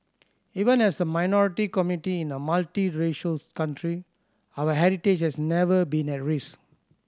even as a minority community in a multiracial country our heritage has never been at risk